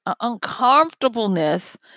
uncomfortableness